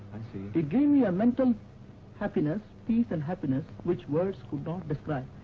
it gave me a mental happiness, peace and happiness, which words could not describe.